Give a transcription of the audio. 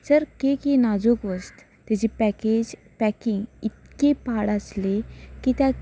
sir cake ही नाजूक वस्त तेजी पॅकेज पॅकींग इतकी पाड आसली